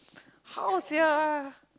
how sia